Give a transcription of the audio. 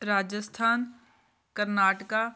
Rajasthan Karnataka